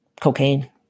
cocaine